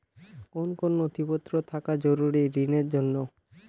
কোন কোন নথিপত্র থাকা জরুরি ঋণের জন্য?